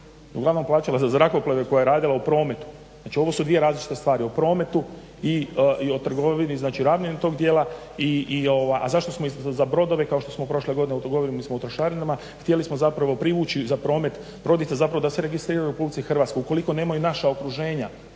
uglavnom plaćala za zrakoplove koje je radila u prometu. Znači ovo su dvije različite stvari o prometu i o trgovini znači … tog dijela. A zašto smo i za brodove kao što smo prošle godine … u trošarinama htjeli smo zapravo privući za promet brodice da se registriraju kupci u Hrvatskoj, ukoliko nemaju naša okruženja.